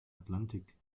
atlantik